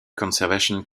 conservation